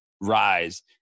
rise